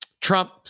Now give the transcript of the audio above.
Trump